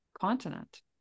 continent